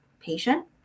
patient